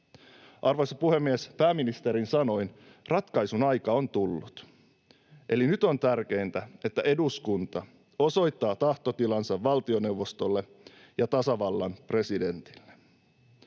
Arvoisa puhemies! Pääministerin sanoin ratkaisun aika on tullut, eli nyt on tärkeintä, että eduskunta osoittaa tahtotilansa valtioneuvostolle ja tasavallan presidentille.